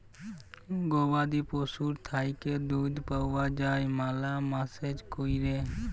গবাদি পশুর থ্যাইকে দুহুদ পাউয়া যায় ম্যালা ম্যালেজ ক্যইরে